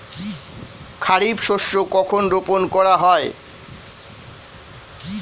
খারিফ শস্য কখন রোপন করা হয়?